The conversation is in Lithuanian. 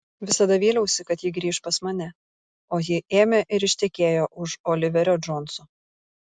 visada vyliausi kad ji grįš pas mane o ji ėmė ir ištekėjo už oliverio džonso